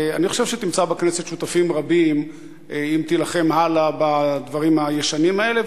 אני חושב שתמצא בכנסת שותפים רבים אם תילחם הלאה בדברים הישנים האלה,